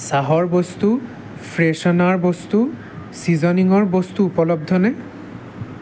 চাহৰ বস্তু ফ্ৰেছনাৰ বস্তু ছিজনিঙৰ বস্তু উপলব্ধনে